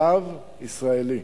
תו ישראלי.